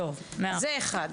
טוב, 100%. זה אחד.